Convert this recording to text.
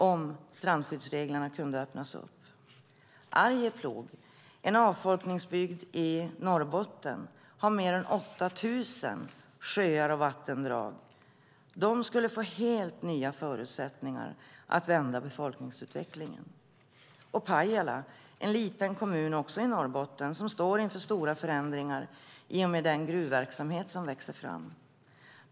Arjeplog är en avfolkningsbygd i Norrbotten med mer än 8 000 sjöar och vattendrag, och Arjeplog skulle kunna få helt nya förutsättningar att vända befolkningsutvecklingen. Pajala är en liten kommun också i Norrbotten som står inför stora förändringar i och med den gruvverksamhet som växer fram.